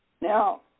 Now